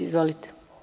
Izvolite.